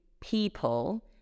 people